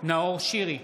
נאור שירי,